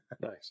nice